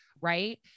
right